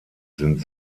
sind